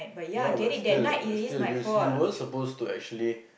ya but still still you you were supposed to actually